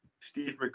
Steve